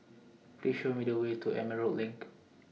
Please Show Me The Way to Emerald LINK